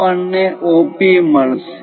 આપણ ને OP મળસે